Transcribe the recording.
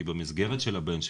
כי במסגרת של הבן שלי,